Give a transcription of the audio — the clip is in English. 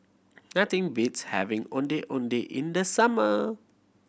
nothing beats having Ondeh Ondeh in the summer